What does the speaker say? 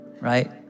right